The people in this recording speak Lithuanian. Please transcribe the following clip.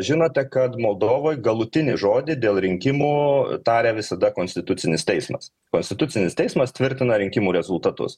žinote kad moldovoj galutinį žodį dėl rinkimų taria visada konstitucinis teismas konstitucinis teismas tvirtina rinkimų rezultatus